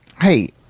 Hey